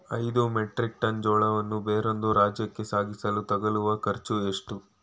ಐದು metric ton ಜೋಳವನ್ನು ಬೇರೊಂದು ರಾಜ್ಯಕ್ಕೆ ಸಾಗಿಸಲು ತಗಲುವ ಖರ್ಚು ಎಷ್ಟು?